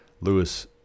Lewis